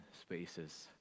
spaces